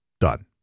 done